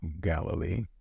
Galilee